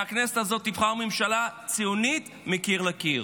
והכנסת הזאת תבחר ממשלה ציונית מקיר לקיר.